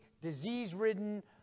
disease-ridden